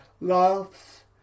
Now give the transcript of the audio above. laughs